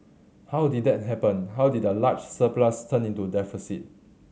how did that happen how did a large surplus turn into deficit